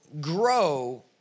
grow